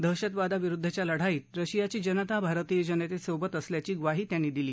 दहशतवादाविरुद्धच्या लढाईत रशियाची जनता भारतीय जनतेसोबत असल्याची ग्वाही त्यांनी दिली